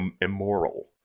immoral